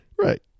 right